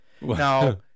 Now